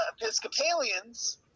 Episcopalians